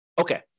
Okay